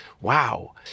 Wow